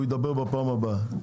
הוא ידבר בפעם הבאה,